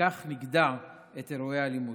ובכך נגדע את אירועי האלימות.